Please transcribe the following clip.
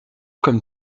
comme